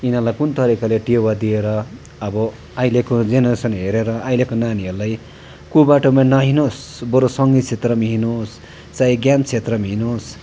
यिनीहरूलाई कुन तरिकाले टेवा दिएर अब अहिलेको जेनेरेसन हेरेर अहिलेको नानीहरूलाई कुबाटोमा नहिँडोस् बरू सङ्गीत क्षेत्रमा हिँडोस् चाहे ज्ञान क्षेत्रमा हिँडोस्